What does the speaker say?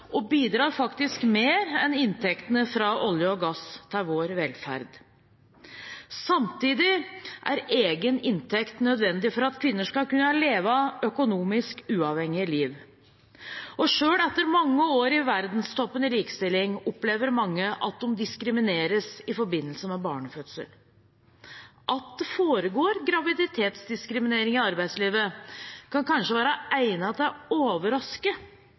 og bidrar faktisk mer enn inntektene fra olje og gass til vår velferd. Samtidig er egen inntekt nødvendig for at kvinner skal kunne leve et økonomisk uavhengig liv. Selv etter mange år i verdenstoppen i likestilling opplever mange at de diskrimineres i forbindelse med barnefødsel. At det foregår graviditetsdiskriminering i arbeidslivet, kan kanskje være egnet til å overraske,